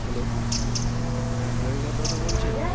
hello হ্যাঁ driver দাদা বলছেন